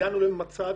הגענו למצב